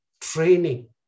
training